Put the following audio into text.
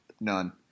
None